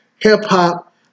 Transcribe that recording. hip-hop